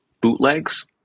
bootlegs